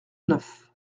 neuf